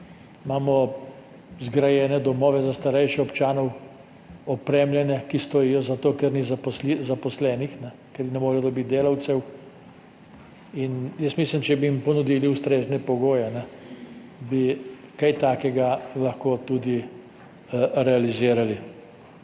imamo domove za starejše občanov, opremljene, ki stojijo zato, ker ni zaposlenih, ker ne morejo dobiti delavcev. Jaz mislim, da, če bi jim ponudili ustrezne pogoje, bi kaj takega lahko tudi realizirali.